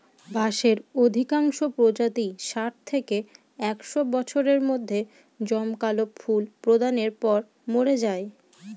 বাঁশের অধিকাংশ প্রজাতিই ষাট থেকে একশ বছরের মধ্যে জমকালো ফুল প্রদানের পর মরে যায়